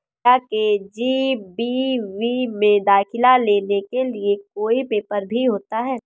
क्या के.जी.बी.वी में दाखिला लेने के लिए कोई पेपर भी होता है?